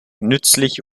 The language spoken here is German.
nützlich